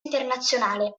internazionale